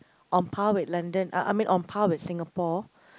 on par with London I I mean on par with Singapore